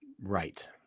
Right